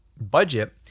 budget